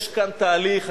יש כאן תהליך,